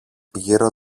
γύρω